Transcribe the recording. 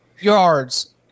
yards